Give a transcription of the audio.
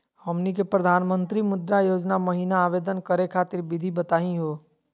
हमनी के प्रधानमंत्री मुद्रा योजना महिना आवेदन करे खातीर विधि बताही हो?